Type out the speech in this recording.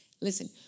listen